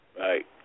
Right